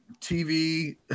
TV